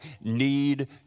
need